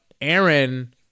Aaron